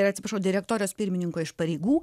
oi atsiprašau direktorijos pirmininko iš pareigų